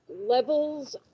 levels